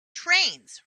trains